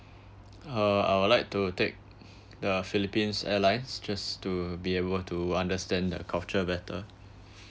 uh I would like to take the philippines airlines just to be able to understand their culture better